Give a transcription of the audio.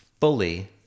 fully